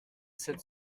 sept